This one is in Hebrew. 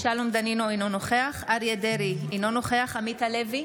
אינו נוכח אריה מכלוף דרעי, אינו נוכח עמית הלוי,